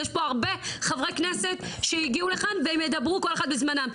יש פה הרבה חברי כנסת שהגיעו לכאן והם ידברו כל אחד בזמנם.